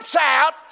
out